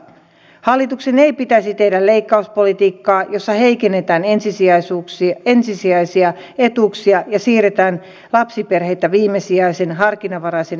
hallituksen ei pitäisi tehdä leikkauspolitiikkaa jossa heikennetään ensisijaisia etuuksia ja siirretään lapsiperheitä viimesijaisen harkinnanvaraisen etuuden piiriin